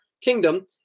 kingdom